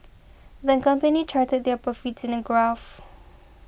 the company charted their profits in a graph